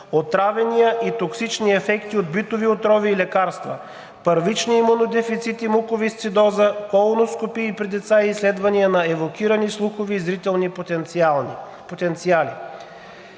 отравяния и токсични ефекти от битови отрови и лекарства, първични имунодефицити, мусковисцидоза, колоноскопии при деца и изследвания на евокирани слухови и зрителни потенциали.